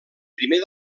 primer